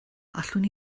allwn